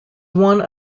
one